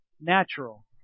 natural